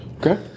Okay